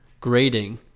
grading